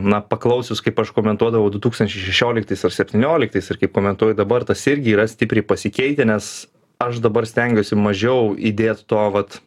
na paklausius kaip aš komentuodavau du tūkstančiai šešioliktais ar septynioliktais ir kaip komentuoju dabar tas irgi yra stipriai pasikeitę nes aš dabar stengiuosi mažiau įdėt to vat